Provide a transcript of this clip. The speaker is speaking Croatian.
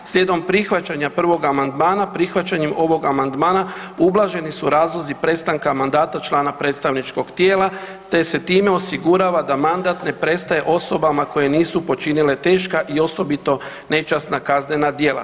Slijedom prihvaćanja prvog amandmana, prihvaćanjem ovog amandmana ublaženi su razlozi prestanka mandata člana predstavničkog tijela, te se time osigurava da mandat ne prestaje osobama koje nisu počinile teška i osobito nečasna kaznena djela.